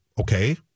okay